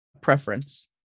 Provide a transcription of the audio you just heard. preference